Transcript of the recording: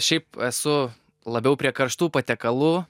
šiaip esu labiau prie karštų patiekalų